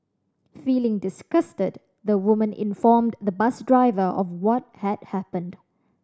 feeling disgusted the woman informed the bus driver of what had happened